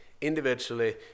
individually